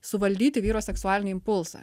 suvaldyti vyro seksualinį impulsą